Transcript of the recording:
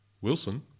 Wilson